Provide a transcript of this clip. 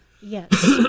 Yes